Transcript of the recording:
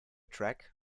track